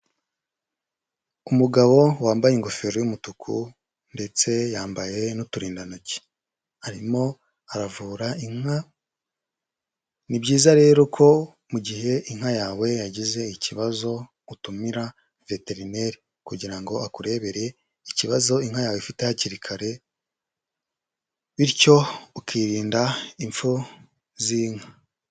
Umugabo wambaye ingofero y'umutuku ndetse yambaye n'uturindantoki arimo aravura inka, ni byiza rero ko mu gihe inka yawe yagize ikibazo, utumira veterineri kugira ngo akurebere ikibazo inka yawe ifite hakiri kare bityo ukirinda impfu z'inka.